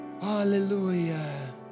hallelujah